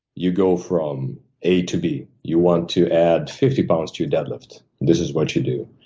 you go from a to b. you want to add fifty pounds to your deadlift. this is what you do.